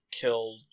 killed